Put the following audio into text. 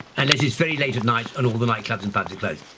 unless it's very late at night and all the night clubs and pubs are closed.